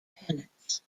penance